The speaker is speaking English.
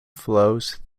flows